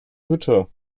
hütte